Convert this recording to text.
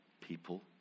people